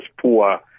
poor